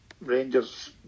Rangers